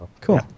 Cool